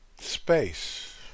space